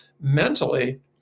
mentally